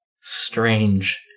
strange